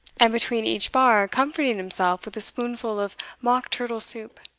and between each bar comforting himself with a spoonful of mock-turtle soup.